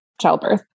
childbirth